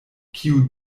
kiu